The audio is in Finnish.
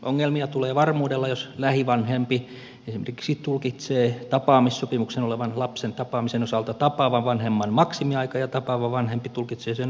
ongelmia tulee varmuudella jos lähivanhempi esimerkiksi tulkitsee tapaamissopimuksen olevan lapsen tapaamisen osalta tapaavan vanhemman maksimiaika ja tapaava vanhempi tulkitsee sen olevan minimi